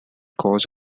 cause